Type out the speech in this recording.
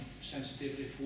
sensitivity